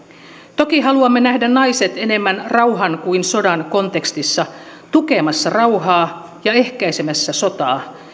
toki haluamme nähdä naiset enemmän rauhan kuin sodan kontekstissa tukemassa rauhaa ja ehkäisemässä sotaa